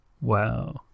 Wow